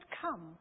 come